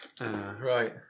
Right